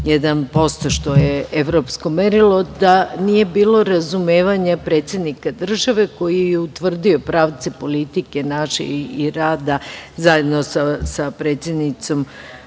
1%, što je evropsko merilo, da nije bilo razumevanja predsednika države, koji je utvrdio pravce politike naše i rada zajedno sa predsednicom